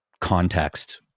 context